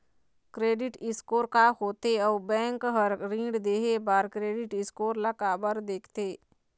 Credit score का होथे अउ बैंक हर ऋण देहे बार क्रेडिट स्कोर ला काबर देखते?